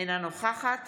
אינה נוכחת